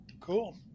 Cool